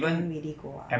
I don't really go out